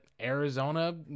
Arizona